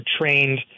trained